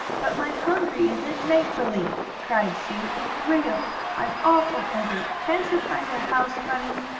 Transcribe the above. but my hungry isn't make-believe! cried sue. it's real i'm awful hungry. can't you find our house, bunny?